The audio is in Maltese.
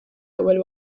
ewwel